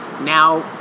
Now